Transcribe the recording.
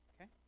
okay